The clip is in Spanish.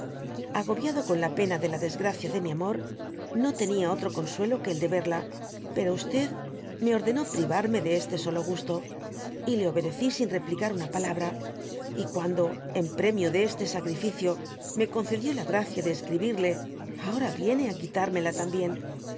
agoviado con la pena de la desgracia de mi amor qo tenia otro consuelo que dby google fl de yerk pero me ordenó pritarme de este solo tsto y le obedecí sin repucar ana palabra j cuando en premio de este sacrificio me concedió la gracia de escribirle abora yiene á quitármela también